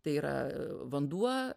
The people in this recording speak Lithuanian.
tai yra vanduo